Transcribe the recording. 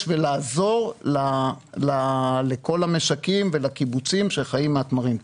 ולעזור לכל המשקים ולקיבוצים שחיים מן התמרים.